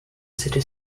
city